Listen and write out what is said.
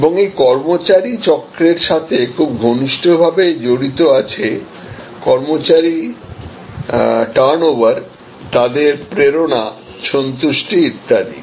এবং এই কর্মচারী চক্রের সাথে খুব ঘনিষ্ঠভাবে জড়িত আছে কর্মচারী টার্নওভারতাদের প্রেরণাসন্তুষ্টি ইত্যাদি